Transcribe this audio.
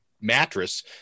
mattress